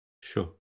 Sure